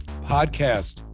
podcast